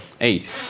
Eight